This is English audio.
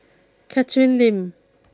Catherine Lim